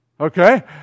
Okay